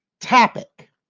topic